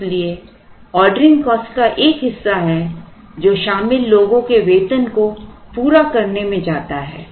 इसलिए ordering cost का एक हिस्सा हैं जो शामिल लोगों के वेतन को पूरा करने में जाता है